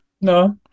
No